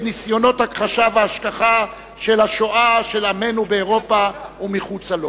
ניסיונות הכחשה והשכחה של השואה של עמנו באירופה ומחוצה לה.